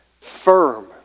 firm